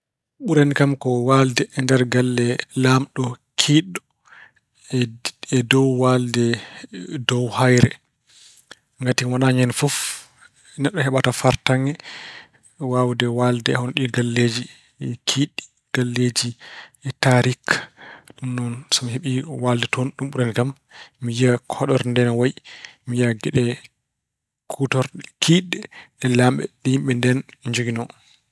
Ɓurani kam ko waalde e nder galle laamɗo kiiɗɗo e dow waalde dow hayre. Ngati wonaa ñande fof, neɗɗo heɓata fartaŋŋe waawde waalde hono ɗii galleeji kiiɗɗi, galleeji taariik. Ɗum noon so mi heɓii waalde toon, ɗum ɓurani kam. Mi yiya hoɗorde nde no wayi. Mi geɗe kuutorɗe kiiɗɗe, ɗe laamɓe, yimɓe ndeen jogiinoo.